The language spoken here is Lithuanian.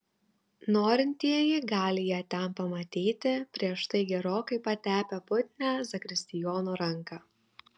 norintieji gali ją ten pamatyti prieš tai gerokai patepę putnią zakristijono ranką